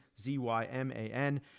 Z-Y-M-A-N